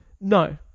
No